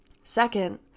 Second